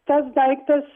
tas daiktas